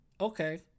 Okay